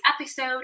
episode